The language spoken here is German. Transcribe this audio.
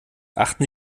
achten